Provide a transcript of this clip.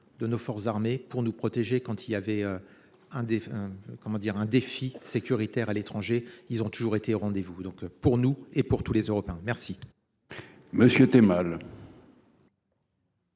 de nos forces armées pour nous protéger quand il y avait. Un des. Comment dire. Un défi sécuritaire à l'étranger, ils ont toujours été au rendez-vous donc pour nous et pour tous les Européens. Merci.